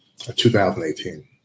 2018